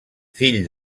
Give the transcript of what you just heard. fill